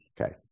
Okay